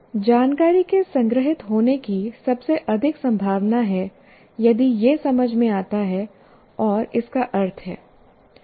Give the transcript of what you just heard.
जानकारी के संग्रहीत होने की सबसे अधिक संभावना है यदि यह समझ में आता है और इसका अर्थ है